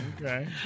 Okay